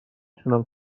تونم